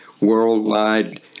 worldwide